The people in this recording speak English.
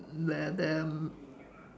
they're damn